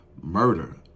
murder